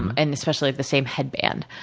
and, especially the same headband.